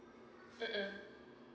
mmhmm